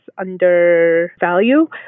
undervalue